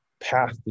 path